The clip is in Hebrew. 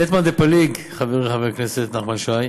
לית מאן דפליג, חברי חבר הכנסת נחמן שי,